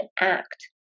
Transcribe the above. act